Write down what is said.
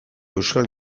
euskal